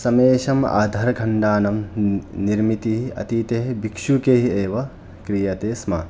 समेषाम् आधारखण्डानं निर्मितिः अतीतेः भिक्षुकैः एव क्रियते स्म